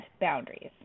boundaries